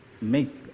Make